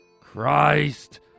Christ